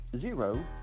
zero